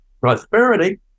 prosperity